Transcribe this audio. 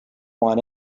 want